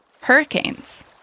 hurricanes